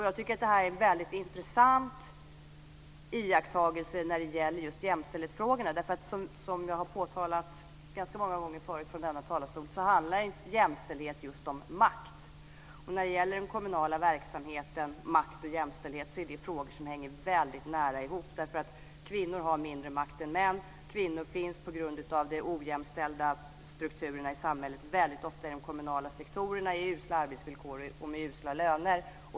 Jag tycker att det här är en väldigt intressant iakttagelse när det gäller just jämställdhetsfrågorna, för som jag har påtalat ganska många gånger tidigare från denna talarstol handlar jämställdhet om just makt. Och den kommunala verksamheten, makt och jämställdhet är frågor som hänger väldigt nära ihop, därför att kvinnor har mindre makt än män och kvinnor finns på grund av de ojämställda strukturerna i samhället väldigt ofta i de kommunala sektorerna med usla arbetsvillkor och med usla löner.